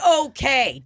okay